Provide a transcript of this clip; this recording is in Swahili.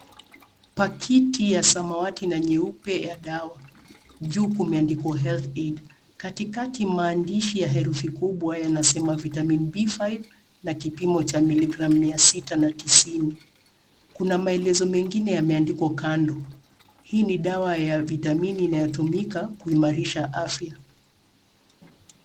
Pakiti ya samawati na nyeupe ya dawa. Juu kumeandikwa HealthAid. Katikati maandishi ya herufi kubwa yanasema Vitamin B5 na kipimo cha miligram mia sita na tisini. Kuna maelezo mengine yameandikwa kando. Hii ni dawa ya vitamini inayotumika kuimarisha afya.